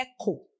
Echo